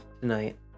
tonight